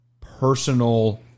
personal